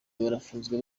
barafunzwe